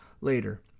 later